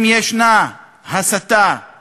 אם יש הסתה או